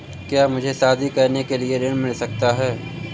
क्या मुझे शादी करने के लिए ऋण मिल सकता है?